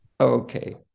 Okay